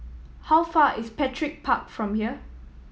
how far is Petir Park from here